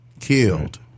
killed